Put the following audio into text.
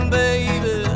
baby